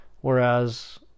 whereas